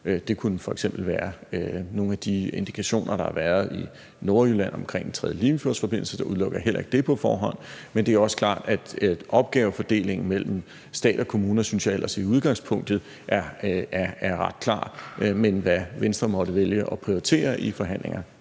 det kunne f.eks. være nogle af de indikationer, der har været i Nordjylland, om en tredje Limfjordsforbindelse – så udelukker jeg heller ikke det på forhånd. Men det er også klart, at opgavefordelingen mellem stat og kommuner synes jeg ellers i udgangspunktet er ret klar. Men hvad Venstre måtte vælge at prioritere i forhandlingerne,